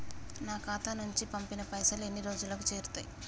నా ఖాతా నుంచి పంపిన పైసలు ఎన్ని రోజులకు చేరుతయ్?